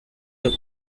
took